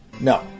no